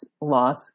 loss